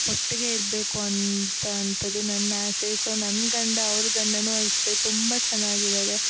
ಒಟ್ಟಿಗೆ ಇರಬೇಕು ಅಂತ ಅಂತಂದು ನನ್ನ ಆಸೆ ಸೊ ನನ್ನ ಗಂಡ ಅವ್ಳ ಗಂಡನೂ ಅಷ್ಟೇ ತುಂಬ ಚೆನ್ನಾಗಿದ್ದಾರೆ